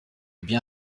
bien